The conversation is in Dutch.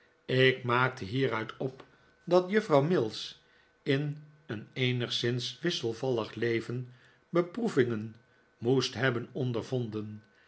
ik maakte hieruit op dat juffrouw mills in een eenigszins wisselvallig leven beproevingen moest hebben ondervonden